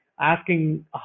asking